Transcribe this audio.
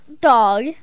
dog